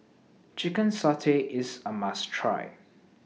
Chicken Satay IS A must Try